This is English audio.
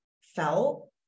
felt